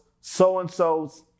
so-and-so's